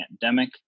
pandemic